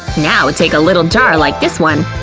now take a little jar like this one,